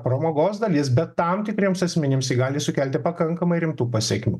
pramogos dalis bet tam tikriems asmenims ji gali sukelti pakankamai rimtų pasekmių